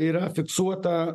yra fiksuota